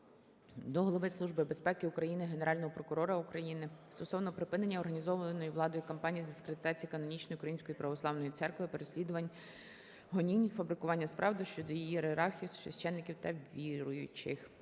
до Голови Служби безпеки України, Генерального прокурора України стосовно припинення організованої владою кампанії з дискредитації канонічної Української Православної Церкви: переслідувань, гонінь, фабрикування справ щодо її архієреїв, священників та віруючих.